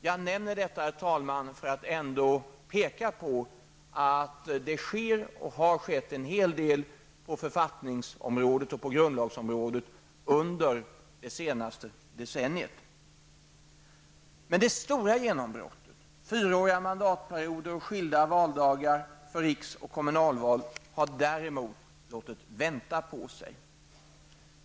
Jag nämner detta, herr talman, för att ändå peka på att det sker, och har skett, en hel del på författningsområdet och grundlagsområdet under det senaste decenniet. Det stora genombrottet, fyraåriga mandatperioder och skilda dagar för riksdags och kommunalval, har däremot låtit vänta på sig.